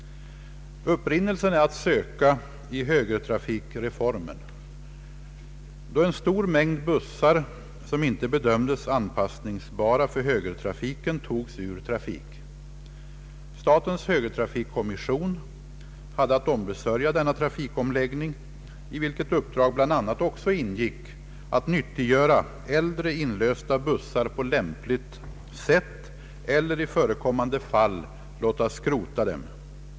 Upprinnelsen är att söka i högertrafikreformen, då en stor mängd bussar som inte bedömdes anpassningsbara för högertrafiken togs ur trafik. Statens högertrafikkommission hade att ombesörja denna trafikomläggning, i vilket uppdrag bl.a. också ingick att nyttiggöra äldre inlösta bussar på lämpligt sätt eller i förekommande fall låta skrota dem.